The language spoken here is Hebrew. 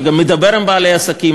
אני גם מדבר עם בעלי העסקים,